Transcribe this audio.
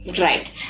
Right